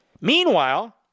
Meanwhile